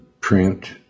print